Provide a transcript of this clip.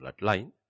bloodline